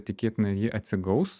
tikėtina ji atsigaus